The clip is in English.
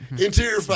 interior